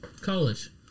college